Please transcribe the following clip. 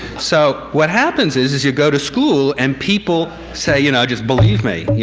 so what happens is is you go to school and people say, you know just believe me,